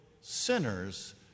sinners